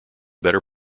better